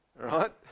right